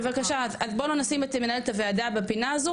בבקשה, אז בוא לא נשים את מנהלת הוועדה בפינה הזו.